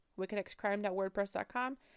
wickedxcrime.wordpress.com